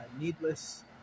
needless